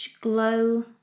glow